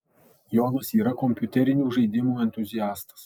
jonas yra kompiuterinių žaidimų entuziastas